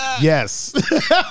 Yes